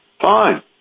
Fine